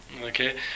Okay